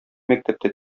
мәктәптә